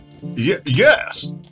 Yes